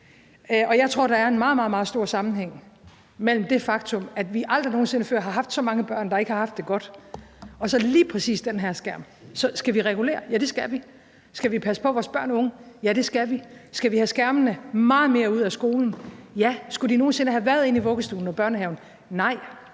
Jeg tror, der er en meget, meget stor sammenhæng mellem det faktum, at vi aldrig nogen sinde før har haft så mange børn, der ikke har det godt, og så lige præcis den her skærm. Så skal vi regulere? Ja, det skal vi. Skal vi passe på vores børn og unge? Ja, det skal vi. Skal vi have skærmene meget mere ud af skolen? Ja. Skulle de nogen sinde være kommet ind i vuggestuen og børnehaven? Nej.